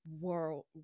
world